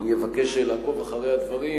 מבקש לעקוב אחרי הדברים,